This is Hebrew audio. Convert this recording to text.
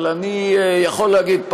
אבל אני יכול להגיד,